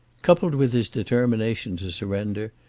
coupled with his determination to surrender,